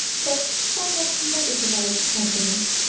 but somewhat negativized, company